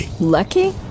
Lucky